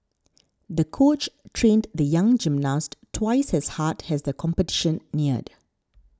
the coach trained the young gymnast twice as hard as the competition neared